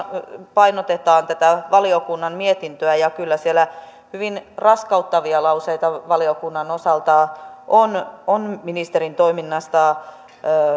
painotetaan tätä valiokunnan mietintöä ja kyllä siellä hyvin raskauttavia lauseita valiokunnan osalta on on ministerin toiminnasta